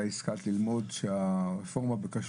בחוק ההסדרים,